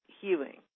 healing